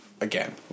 again